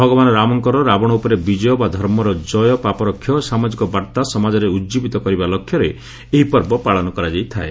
ଭଗବାନ ରାମଙ୍କର ରାବଣ ଉପରେ ବିଜୟ ବା ଧର୍ମର ଜୟ ପାପର କ୍ଷୟ ସାମାଜିକ ବାର୍ତ୍ତା ସମାଜରେ ଉଜୀବିତ କରିବା ଲକ୍ଷ୍ୟରେ ଏହି ପର୍ବ ପାଳନ କରାଯାଇଥାଏ